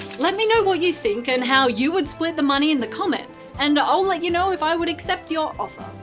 let me know what you think and how you would split the money in the comments. and i'll let you know if i would accept your offer.